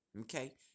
Okay